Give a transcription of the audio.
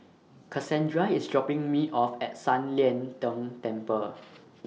Cassandra IS dropping Me off At San Lian Deng Temple